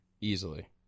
Easily